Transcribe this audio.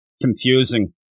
confusing